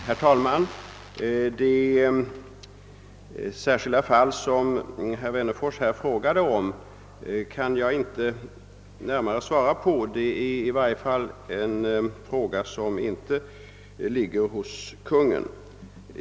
Herr talman! Det särskilda fall som aerr Wennerfors tog upp kan jag inte närmare gå in på. Det är en fråga som i varje fall inte ligger hos Kungl. Maj:t.